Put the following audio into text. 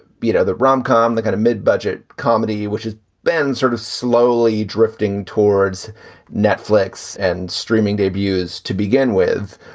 you know, the rom com, the kind of mid budget comedy which has been sort of slowly drifting towards netflix and streaming debuts to begin with,